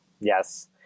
Yes